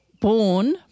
born